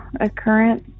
occurrence